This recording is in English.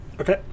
Okay